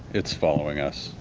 it's following us.